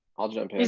i'll jump in.